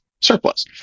surplus